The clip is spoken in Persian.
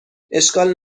اشکال